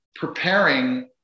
preparing